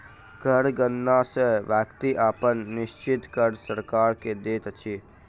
कर गणना सॅ व्यक्ति अपन निश्चित कर सरकार के दैत अछि